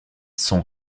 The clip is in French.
sont